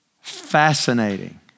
Fascinating